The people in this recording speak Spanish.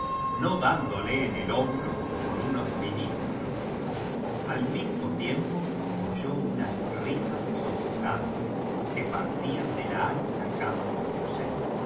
no dándote en el hombro por unos milímetros al mismo tiempo oyó unas risas sofocadas que partían de la ancha cóma con